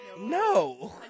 No